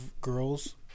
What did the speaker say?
girls